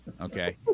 Okay